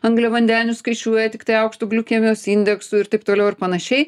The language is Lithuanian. angliavandenius skaičiuoja tiktai aukštu glikemijos indeksu ir taip toliau ir panašiai